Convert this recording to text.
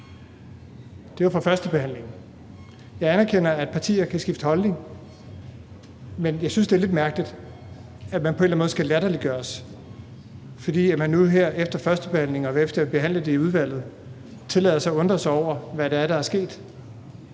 Det var fra førstebehandlingen. Jeg anerkender, at partier kan skifte holdning, men jeg synes, det er lidt mærkeligt, at man på en eller anden måde skal latterliggøres, fordi man nu her efter førstebehandlingen og efter at have behandlet det i udvalget tillader sig at undre sig over, hvad det er, der